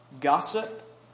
Gossip